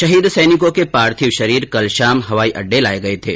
शहीद सैनिकों के पार्थिव शरीर कल शाम हवाई अड्डे लाये गये थे